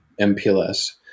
MPLS